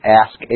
ask